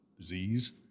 disease